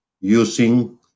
using